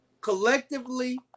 collectively